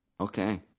Okay